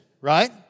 right